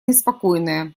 неспокойная